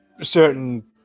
certain